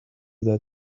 that